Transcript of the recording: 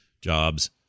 jobs